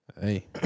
Hey